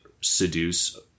seduce